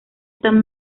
están